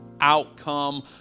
outcome